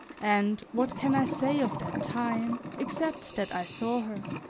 and what can i say of that time except that i saw her?